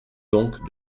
donc